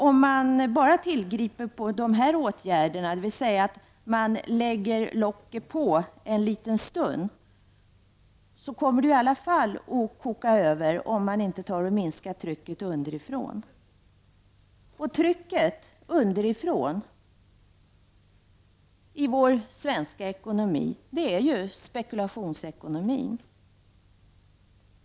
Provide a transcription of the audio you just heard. Om man bara tillgriper de här åtgärderna, dvs. lägger locket på en liten stund, kommer det i alla fall att koka över om man inte minskar trycket underifrån, och trycket underifrån i vår svenska ekonomi härrör från spekulationsekonomin.